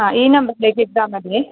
ആ ഈ നമ്പർലേക്കിട്ടാൽ മതിയേ